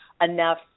enough